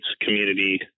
community